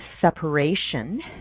separation